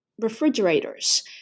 refrigerators